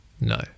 No